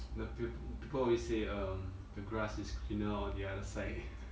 the peopl~ people always say um the grass is greener on the other side